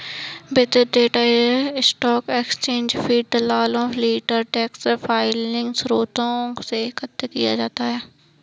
वितरित data stock exchange feed, दलालों, dealer desk filing स्रोतों से एकत्र किया जाता है